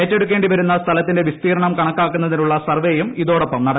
ഏറ്റെടുക്കേണ്ടിവരുന്ന സ്ഥലത്തിന്റെ വിസ്തീർണ്ണം കണക്കാക്കുന്നതിനുള്ള സർവ്വേയും ഇതോടൊപ്പം നടക്കുന്നുണ്ട്